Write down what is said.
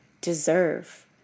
deserve